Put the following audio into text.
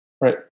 Right